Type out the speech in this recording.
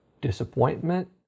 disappointment